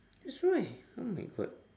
that's why oh my god